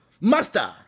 Master